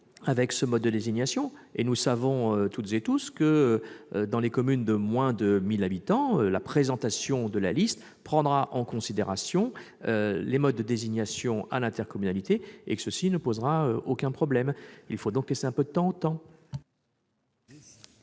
avec ce mode de désignation. Nous savons tous que, dans les communes de moins de 1 000 habitants, la présentation de la liste prendra en considération les modes de désignation à l'intercommunalité, et ce sans aucun problème. Il faut donc laisser un peu de temps au temps.